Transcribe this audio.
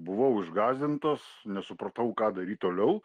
buvau išgąsdintos nesupratau ką daryt toliau